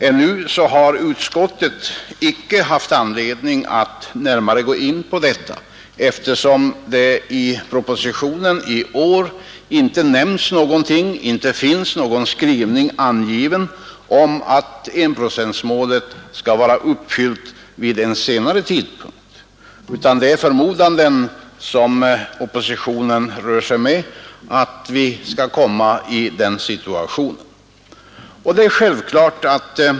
Ännu har utskottet icke haft anledning att närmare gå in på detta, eftersom det i årets proposition inte i någon skrivning anges att enprocentsmålet skall vara uppfyllt vid en senare tidpunkt. De tankar som oppositionen anför om att vi skall komma i en sådan situation är således grundade på förmodanden.